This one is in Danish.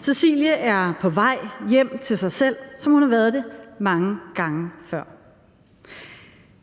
Cecilie er på vej hjem til sig selv, som hun har været det mange gange før.